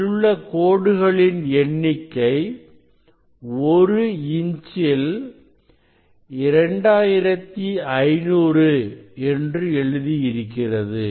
இதிலுள்ள கோடுகளின் எண்ணிக்கை ஒரு இன்ச்சில் 2500 என்று எழுதி இருக்கிறது